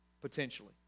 potentially